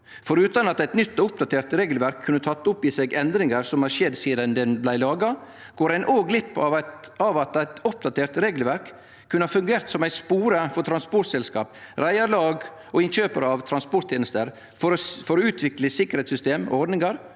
Forutan at eit nytt og oppdatert regelverk kunne teke opp i seg endringar som har skjedd sidan ho blei laga, går ein òg glipp av at eit oppdatert regelverk kunne ha fungert som ein spore for transportselskap, reiarlag og innkjøparar av transporttenester for å utvikle sikkerheitssystem og ordningar